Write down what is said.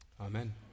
Amen